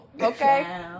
Okay